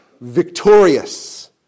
victorious